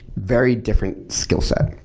very different skill set.